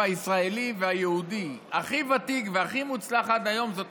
הישראלי והיהודי הכי ותיק והכי מוצלח עד היום זאת